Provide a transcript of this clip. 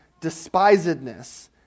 despisedness